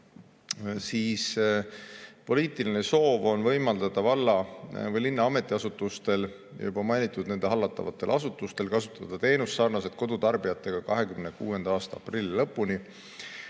kuid poliitiline soov on võimaldada valla või linna ametiasutustel ja nende hallatavatel asutustel kasutada teenust sarnaselt kodutarbijatega 2026. aasta aprilli lõpuni.